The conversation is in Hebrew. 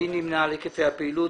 היקפי הפעילות?